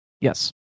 Yes